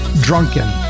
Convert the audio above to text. Drunken